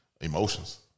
emotions